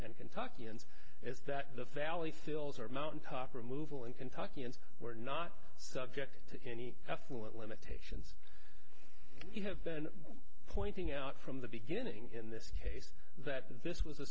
and kentucky and is that the valley fills or mountaintop removal in kentucky and we're not subject to any affluent limit you have been pointing out from the beginning in this case that this was a